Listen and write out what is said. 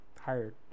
hired